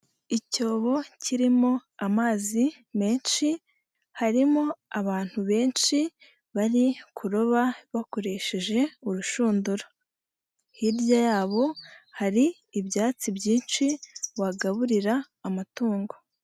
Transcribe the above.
Icyobo kirimo amazi menshi harimo abantu benshi bari kuroba bakoresheje urushundura, hirya yabo hari ibyatsi byinshi wagaburira amatungo.